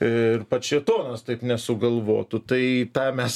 ir pats šėtonas taip nesugalvotų tai tą mes